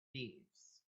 thieves